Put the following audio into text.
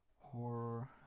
Horror